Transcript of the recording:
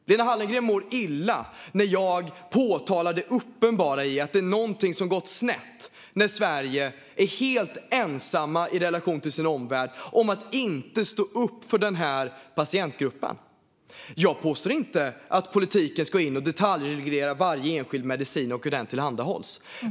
Lena Hallengren mår illa när jag påtalar det uppenbara i att någonting har gått snett när Sverige är helt ensamma i relation till vår omvärld om att inte stå upp för den patientgruppen. Jag påstår inte att politiken ska in och detaljreglera varje enskild medicin och hur den tillhandahålls.